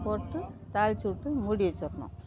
போட்டு தாளித்துவுட்டு மூடி வச்சரணும்